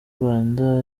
rwanda